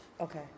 Okay